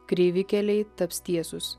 kreivi keliai taps tiesūs